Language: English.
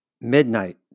midnight